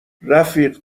رفیق